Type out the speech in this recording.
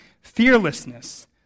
fearlessness